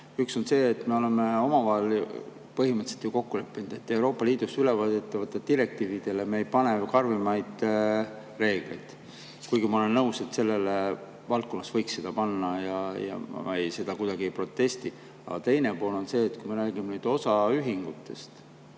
Üks on see, et me oleme omavahel põhimõtteliselt ju kokku leppinud, et Euroopa Liidust ülevõetavate direktiivide puhul me ei [tee] karmimaid reegleid. Kuigi ma olen nõus, et selles valdkonnas võiks [nii teha], ja ma seda kuidagi ei protesti. Teine pool on see, et kui me räägime osaühingutest,